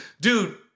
dude